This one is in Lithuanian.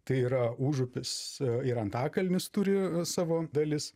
tai yra užupis ir antakalnis turi savo dalis